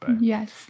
Yes